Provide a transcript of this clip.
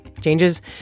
Changes